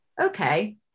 okay